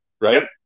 right